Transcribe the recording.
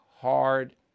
hard